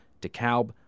DeKalb